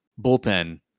bullpen